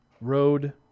Road